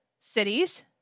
cities